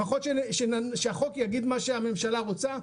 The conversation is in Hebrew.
לפחות שהחוק יגיד את מה שהממשלה רוצה,